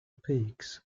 peaks